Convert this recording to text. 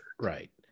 Right